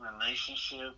relationship